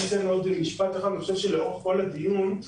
לאורך כל הדיון,